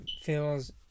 feels